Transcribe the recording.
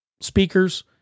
speakers